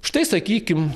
štai sakykim